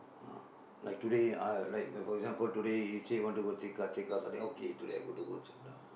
ah like today ah like like for example today you say want to go tekka tekka suddenly okay today I go